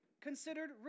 considered